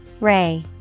Ray